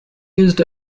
used